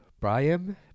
Brian